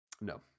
no